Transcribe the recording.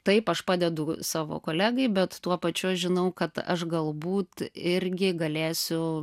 taip aš padedu savo kolegai bet tuo pačiu žinau kad aš galbūt irgi galėsiu